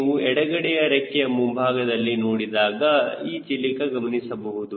ಹಾಗೆ ನೀವು ಎಡಗಡೆಯ ರೆಕ್ಕೆಯ ಮುಂಭಾಗದಲ್ಲಿ ನೋಡಿದಾಗ ಈ ಚಿಲಿಕ ಗಮನಿಸಬಹುದು